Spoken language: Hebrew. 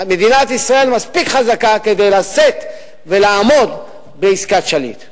מדינת ישראל מספיק חזקה כדי לשאת ולעמוד בעסקת שליט.